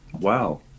Wow